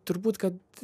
turbūt kad